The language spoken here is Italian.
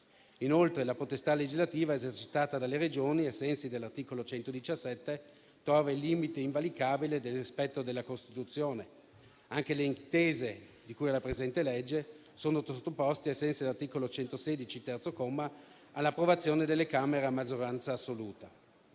Inoltre, la potestà legislativa esercitata dalle Regioni ai sensi dell'articolo 117 trova il limite invalicabile del rispetto della Costituzione. Anche le intese di cui al presente disegno di legge sono sottoposte, ai sensi dell'articolo 116, terzo comma, all'approvazione delle Camere a maggioranza assoluta.